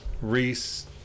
Reese